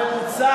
הממוצע